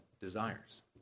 desires